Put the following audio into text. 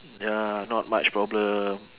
ya not much problem